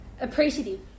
appreciative